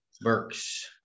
Burks